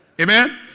Amen